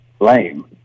lame